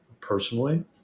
personally